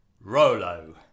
Rolo